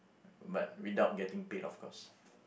but without getting paid of course